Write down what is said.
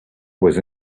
was